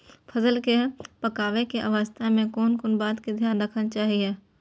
फसल के पाकैय के अवस्था में कोन कोन बात के ध्यान रखना चाही?